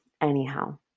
anyhow